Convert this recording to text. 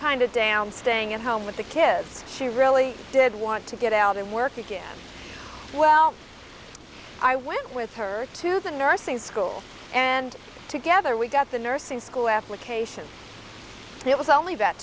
kind of down staying at home with the kids she really did want to get out and work again well i went with her to the nursing school and together we got the nursing school application it was only about